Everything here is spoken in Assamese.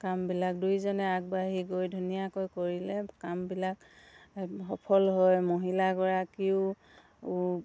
কামবিলাক দুয়োজনে আগবাঢ়ি গৈ ধুনীয়াকৈ কৰিলে কামবিলাক সফল হয় মহিলাগৰাকীও